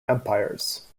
empires